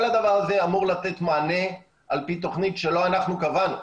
כל הדבר הזה אמור לתת מענה על פי תוכנית שלא אנחנו קבענו.